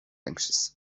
anxious